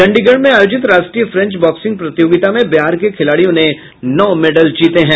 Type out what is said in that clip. चंडीगढ़ में आयोजित राष्ट्रीय फ़ेंच बॉक्सिंग प्रतियोगिता में बिहार के खिलाड़ियों ने नौ मेडल जीते हैं